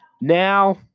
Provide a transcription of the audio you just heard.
now